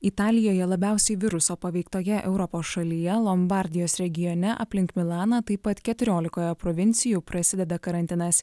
italijoje labiausiai viruso paveiktoje europos šalyje lombardijos regione aplink milaną taip pat keturiolikoje provincijų prasideda karantinas